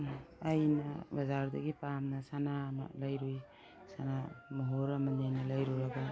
ꯑꯩꯅ ꯕꯖꯥꯔꯗꯒꯤ ꯄꯥꯝꯅ ꯁꯅꯥ ꯑꯃ ꯂꯩꯔꯨꯏ ꯁꯅꯥ ꯃꯣꯍꯣꯔ ꯑꯃꯅꯦꯅ ꯂꯩꯔꯨꯔꯒ